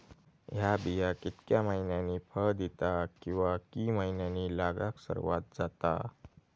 हया बिया कितक्या मैन्यानी फळ दिता कीवा की मैन्यानी लागाक सर्वात जाता?